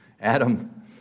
Adam